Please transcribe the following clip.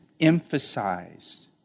emphasized